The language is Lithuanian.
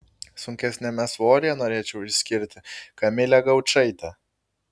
sunkesniame svoryje norėčiau išskirti kamilę gaučaitę